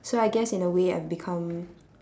so I guess in a way I've become